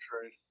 trade